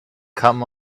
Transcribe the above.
come